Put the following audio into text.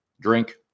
Drink